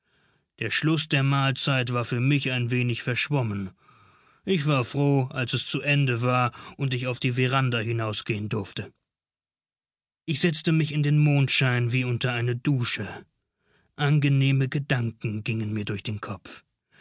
der schluß der mahlzeit war für mich ein wenig verschwommen ich war froh als es zu ende war und ich auf die veranda hinausgehen durfte ich setzte mich in den mondschein wie unter eine dusche angenehme gedanken gingen mir durch den kopf